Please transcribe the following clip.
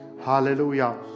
Hallelujah